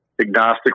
agnostic